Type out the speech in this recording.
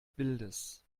bildes